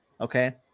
okay